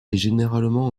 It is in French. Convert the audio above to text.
généralement